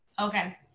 Okay